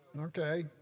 Okay